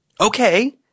Okay